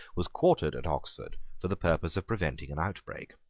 was quartered at oxford for the purpose of preventing an outbreak.